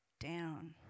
down